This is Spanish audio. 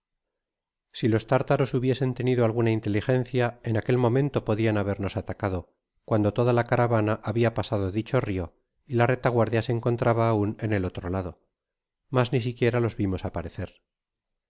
si los tártaros hubiesen tañido alguna inteligencia en aquel momento podian habernos atacado cuando toda la caravana habia pasado dicho rio y la retaguardia se encontraba aun en el otro lado mas ni siquiera los vimos aparecer